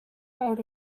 out